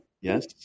Yes